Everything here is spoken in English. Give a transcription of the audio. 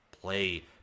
play